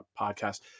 podcast